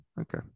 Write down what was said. okay